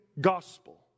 gospel